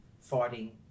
fighting